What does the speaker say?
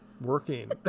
working